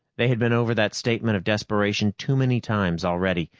they had been over that statement of desperation too many times already.